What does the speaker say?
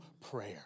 prayer